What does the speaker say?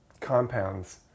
compounds